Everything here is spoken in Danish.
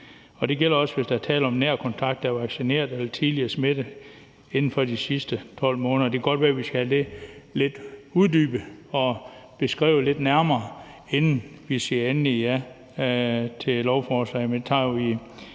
Det gælder også, hvis der er tale om en nær kontakt, der er vaccineret eller tidligere smittet inden for de seneste 12 måneder ...« Det kan godt være, at vi skal have det lidt uddybet og beskrevet lidt nærmere, inden vi siger endeligt ja til lovforslaget,